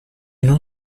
non